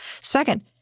Second